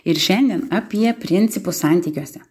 ir šiandien apie principus santykiuose